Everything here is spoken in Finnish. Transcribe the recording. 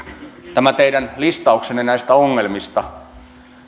tämä teidän listauksenne näistä ongelmista